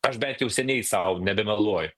aš bent jau seniai sau nebemeluoju